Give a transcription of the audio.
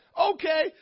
okay